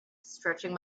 stretching